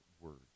words